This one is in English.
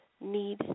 need